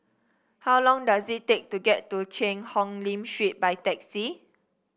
how long does it take to get to Cheang Hong Lim Street by taxi